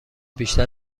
بیشتر